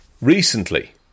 recently